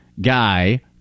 guy